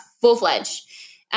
full-fledged